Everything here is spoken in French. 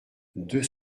deux